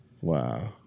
Wow